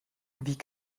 wie